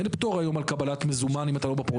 אין פטור היום על קבלת מזומן אם אתה לא בפרויקט.